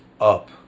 up